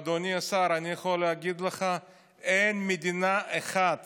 אדוני השר, אני יכול להגיד לך שאין מדינה אחת